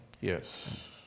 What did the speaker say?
Yes